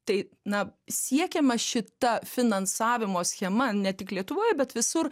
tai na siekiama šita finansavimo schema ne tik lietuvoj bet visur